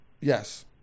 Yes